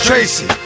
Tracy